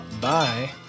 Bye